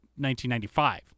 1995